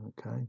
Okay